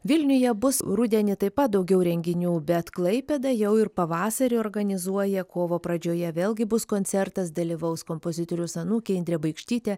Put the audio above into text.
vilniuje bus rudenį taip pat daugiau renginių bet klaipėda jau ir pavasarį organizuoja kovo pradžioje vėlgi bus koncertas dalyvaus kompozitoriaus anūkė indrė baikštytė